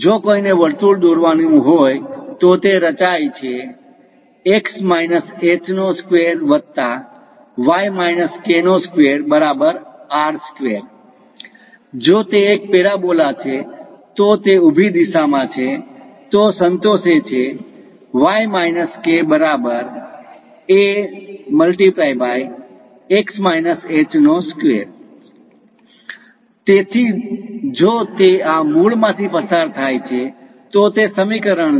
જો કોઈને વર્તુળ દોરવાનું હોય તો તે રચાય છે જો તે એક પેરાબોલા છે જો તે ઊભી દિશામાં છે તો સંતોષે છે તેથી જો તે આ મૂળ માંથી પસાર થાય છે તો તે સમીકરણ છે